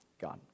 God